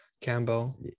Campbell